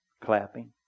Clapping